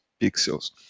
pixels